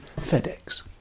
FedEx